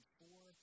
four